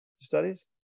studies